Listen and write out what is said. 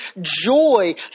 joy